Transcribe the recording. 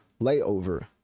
layover